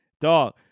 dog